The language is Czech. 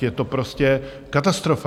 Je to prostě katastrofa.